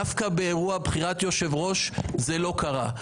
דווקא באירוע בחירת יושב-ראש זה לא קרה,